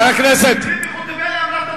חבר הכנסת טלב אלסאנע.